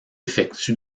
effectue